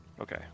Okay